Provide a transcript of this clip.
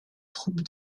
troupe